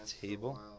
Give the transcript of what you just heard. table